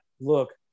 look